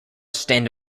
stand